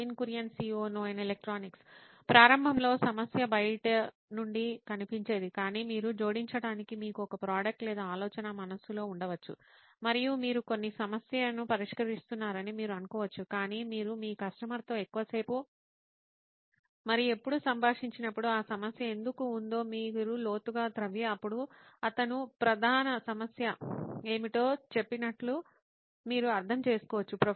Nitin Kurian COO నోయిన్ electronics ప్రారంభంలో సమస్య బయటి నుండి కనిపించేది కాదని మీరు జోడించడానికి మీకు ఒక ప్రోడక్ట్ లేదా ఆలోచన మనస్సులో ఉండవచ్చు మరియు మీరు కొన్ని సమస్యను పరిష్కరిస్తున్నారని మీరు అనుకోవచ్చు కాని మీరు మీ కస్టమర్తో ఎక్కువసేపు మరియు ఎప్పుడు సంభాషించినప్పుడు ఆ సమస్య ఎందుకు ఉందో మీరు లోతుగా త్రవ్వి అప్పుడు అతను ప్రధాన సమస్య ఏమిటో చెప్పినట్లు మీరు అర్థం చేసుకోవచ్చు